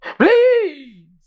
Please